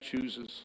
chooses